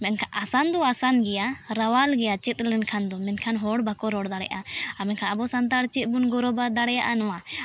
ᱢᱮᱱᱠᱷᱟᱱ ᱟᱥᱟᱱ ᱫᱚ ᱟᱥᱟᱱ ᱜᱮᱭᱟ ᱨᱟᱣᱟᱞ ᱜᱮᱭᱟ ᱪᱮᱫ ᱞᱮᱱᱠᱷᱟᱱ ᱫᱚ ᱢᱮᱱᱠᱷᱟᱱ ᱦᱚᱲ ᱵᱟᱠᱚ ᱨᱚᱲ ᱫᱟᱲᱮᱭᱟᱜᱼᱟ ᱢᱮᱱᱠᱷᱟᱱ ᱟᱵᱚ ᱥᱟᱱᱛᱟᱲ ᱪᱮᱫ ᱵᱚᱱ ᱜᱚᱨᱚᱵ ᱫᱟᱮᱭᱟᱜᱼᱟ ᱱᱚᱣᱟ